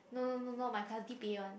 no no no no my class D_P_A one